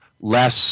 less